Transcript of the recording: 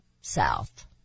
south